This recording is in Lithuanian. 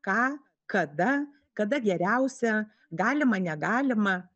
ką kada kada geriausia galima negalima